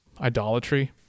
idolatry